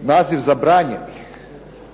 naziv zabranjenih.